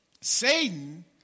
Satan